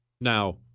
Now